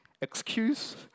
excuse